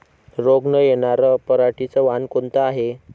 रोग न येनार पराटीचं वान कोनतं हाये?